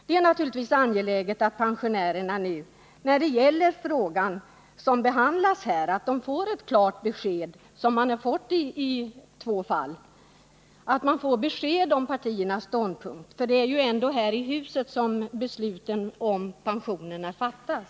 Det är naturligtvis angeläget att pensionärerna nu när det gäller den fråga som kammaren f. n. behandlar får ett klart besked, såsom har skett i två fall, om partiernas ståndpunkter. Det är ändå i det här huset som besluten om pensionerna fattas.